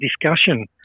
discussion